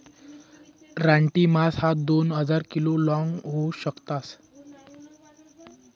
रानटी मासा ह्या दोन हजार किलो लोंग होऊ शकतस